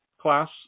class